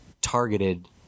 targeted